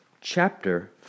Chapter